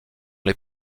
les